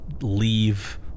leave